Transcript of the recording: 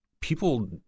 people